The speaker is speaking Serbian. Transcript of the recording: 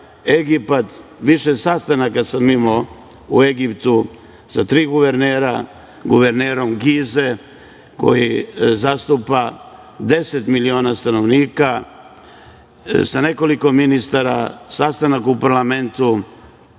Egipat. Više sastanaka sam imao u Egiptu sa tri guvernera, guvernerom Gize koji zastupa 10 miliona stanovnika, sa nekoliko ministara sastanka u parlamentu,